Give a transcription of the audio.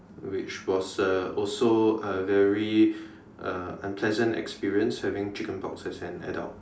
which was uh also a very uh unpleasant experience having chicken pox as an adult